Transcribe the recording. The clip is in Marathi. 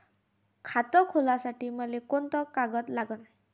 खात खोलासाठी मले कोंते कागद लागन?